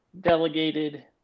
delegated